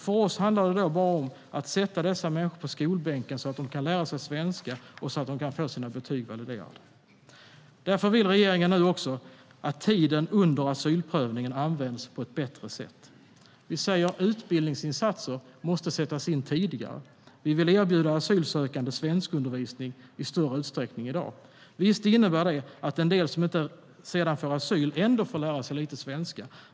För oss handlar det då bara om att sätta dessa människor på skolbänken, så att de kan lära sig svenska och få sina betyg validerade. Därför vill regeringen att tiden under asylprövningen används på ett bättre sätt. Vi säger att utbildningsinsatser måste sättas in tidigare. Vi vill erbjuda asylsökande svenskundervisning i större utsträckning än i dag. Visst innebär det att en del som sedan inte får asyl ändå får lära sig lite svenska.